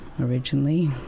originally